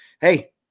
Hey